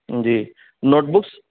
G note books